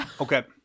Okay